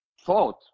thought